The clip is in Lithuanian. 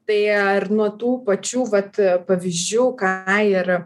tai ar nuo tų pačių vat pavyzdžių ką ir